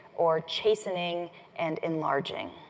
or chastening and enlarging.